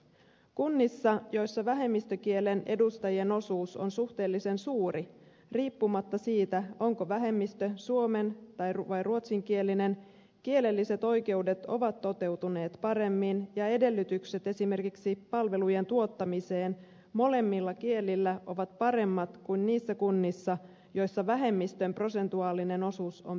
kunnissa joissa vähemmistökielen edustajien osuus on suhteellisen suuri riippumatta siitä onko vähemmistö suomen vai ruotsinkielinen kielelliset oikeudet ovat toteutuneet paremmin ja edellytykset esimerkiksi palvelujen tuottamiseen molemmilla kielillä ovat paremmat kuin niissä kunnissa joissa vähemmistön prosentuaalinen osuus on pieni